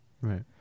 Right